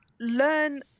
learn